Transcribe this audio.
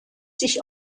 sich